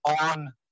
on